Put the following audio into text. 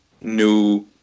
new